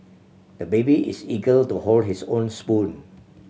the baby is eager to hold his own spoon